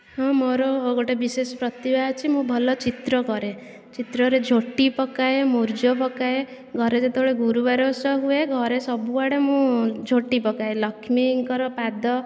ହଁ ମୋର ଗୋଟେ ବିଶେଷ ପ୍ରତିଭା ଅଛି ମୁଁ ଭଲ ଚିତ୍ର କରେ ଚିତ୍ରରେ ଝୋଟି ପକାଏ ମୁରୁଜ ପକାଏ ଘରେ ଯେତେବେଳେ ଗୁରୁବାର ଓଷା ହୁଏ ଘରେ ସବୁଆଡ଼େ ମୁଁ ଝୋଟି ପକାଏ ଲକ୍ଷ୍ମୀଙ୍କର ପାଦ